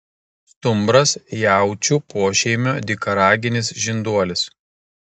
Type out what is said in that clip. stumbras jaučių pošeimio dykaraginis žinduolis